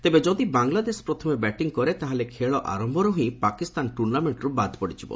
ତେବେ ଯଦି ବାଂଗଲାଦେଶ ପ୍ରଥମେ ବ୍ୟାଟିଂ କରେ ତାହାହେଲେ ଖେଳ ଆରମ୍ଭରୁ ହିଁ ପାକିସ୍ତାନ ଟୁର୍ଣ୍ଣାମେଣ୍ଟରୁ ବାଦ୍ ପଡିଯିବ